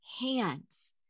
hands